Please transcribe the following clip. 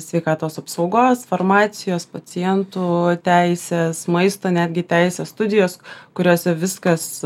sveikatos apsaugos farmacijos pacientų teisės maisto netgi teisės studijos kuriose viskas